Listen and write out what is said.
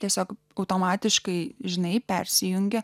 tiesiog automatiškai žinai persijungia